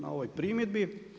Na ovoj primjedbi.